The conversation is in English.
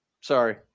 Sorry